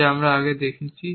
যা আমরা আগে দেখেছি